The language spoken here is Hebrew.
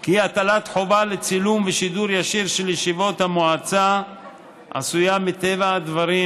כי הטלת חובה לצילום ושידור ישיר של ישיבות המועצה עשויה מטבע הדברים